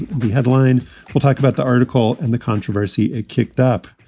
the headline we'll talk about the article and the controversy it kicked up.